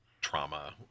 trauma